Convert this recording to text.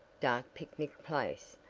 dark picnic place,